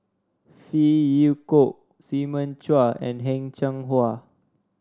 Phey Yew Kok Simon Chua and Heng Cheng Hwa